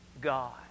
God